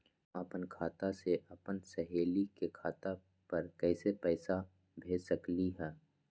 हम अपना खाता से अपन सहेली के खाता पर कइसे पैसा भेज सकली ह?